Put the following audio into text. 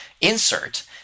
insert